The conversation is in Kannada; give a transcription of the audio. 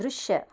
ದೃಶ್ಯ